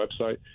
website